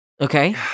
Okay